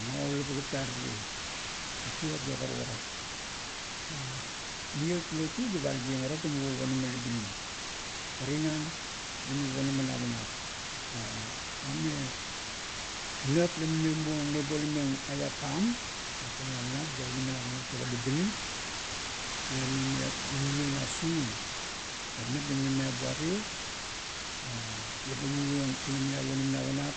Magaulap gat garie, titot ga karukara. Muiot lotu ga palagieng ara muvo ponama labinim. Pa tinan, ime ponama navanap ame nap la ime mumio nebolameng eap eap pam, tatuan navanap ga inamaniap onim togo labinim, la ime mumio na sune. Ga nap la mime miabu rie, leba-mumiong inaminiap onim navanap,